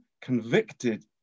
convicted